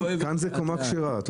כאן זו קמה כשרה.